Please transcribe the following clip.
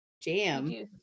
jam